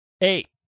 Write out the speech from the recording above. Eight